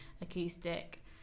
acoustic